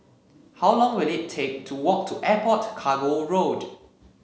how long will it take to walk to Airport Cargo Road